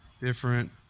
different